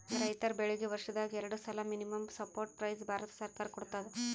ರೈತರ್ ಬೆಳೀಗಿ ವರ್ಷದಾಗ್ ಎರಡು ಸಲಾ ಮಿನಿಮಂ ಸಪೋರ್ಟ್ ಪ್ರೈಸ್ ಭಾರತ ಸರ್ಕಾರ ಕೊಡ್ತದ